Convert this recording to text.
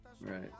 Right